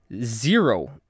zero